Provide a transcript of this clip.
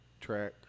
track